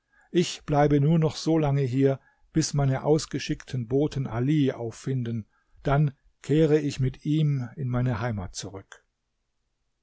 ich bleibe nur noch so lange hier bis meine ausgeschickten boten ali auffinden dann kehre ich mit ihm in meine heimat zurück